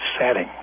setting